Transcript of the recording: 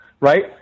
right